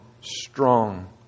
strong